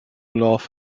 laugh